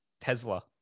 Tesla